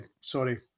sorry